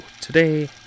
today